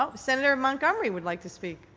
ah senator montgomery would like to speak.